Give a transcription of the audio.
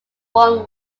one